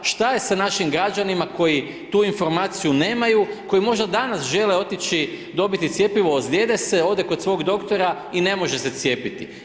Šta je sa našim građanima koji tu informaciju nemaju, koji možda danas žele otići dobiti cjepivo, ozljede se, ode kod svog doktora i ne može se cijepiti.